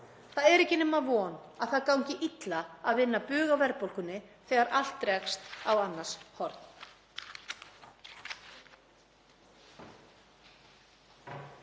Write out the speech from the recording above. Það er ekki nema von að það gangi illa að vinna bug á verðbólgunni þegar allt rekst á annars horn.